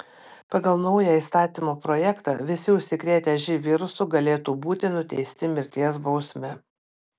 pagal naują įstatymo projektą visi užsikrėtę živ virusu galėtų būti nuteisti mirties bausme